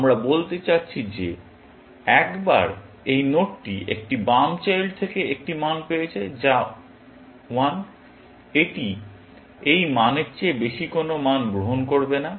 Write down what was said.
আমরা বলতে চাচ্ছি যে একবার এই নোডটি একটি বাম চাইল্ড থেকে একটি মান পেয়েছে যা 1 এটি এই মানের চেয়ে বেশি কোনও মান গ্রহণ করবে না